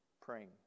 praying